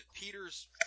Peter's